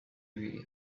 bideo